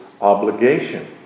obligation